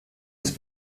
ist